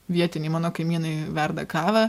vietiniai mano kaimynai verda kavą